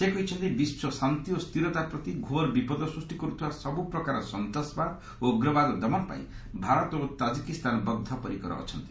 ସେ କହିଛନ୍ତି ବିଶ୍ୱଶାନ୍ତି ଓ ସ୍ଥିରତା ପ୍ରତି ଘୋର ବିପଦ ସୂଷ୍ଟି କରୁଥିବା ସବୁପ୍ରକାର ସନ୍ତାସବାଦ ଓ ଉଗ୍ରବାଦ ଦମନ ପାଇଁ ଭାରତ ଓ ତାକକିସ୍ତାନ ବଦ୍ଧପରିକର ଅଛନ୍ତି